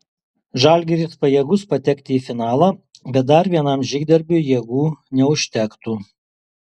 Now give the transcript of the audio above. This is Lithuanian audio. žalgiris pajėgus patekti į finalą bet dar vienam žygdarbiui jėgų neužtektų